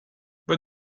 but